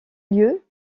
lieu